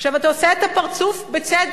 עכשיו, אתה עושה את הפרצוף בצדק.